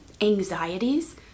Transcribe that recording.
anxieties